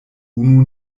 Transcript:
unu